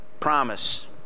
promise